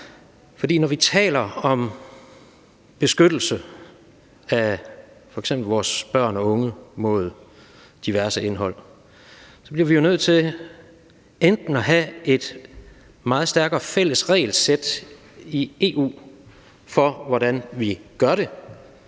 For når vi taler om beskyttelse af f.eks. vores børn og de unge mod diverse indhold, bliver vi jo nødt til at have et meget stærkere fælles regelsæt i EU for, hvordan vi gør det.